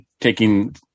taking